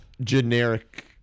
generic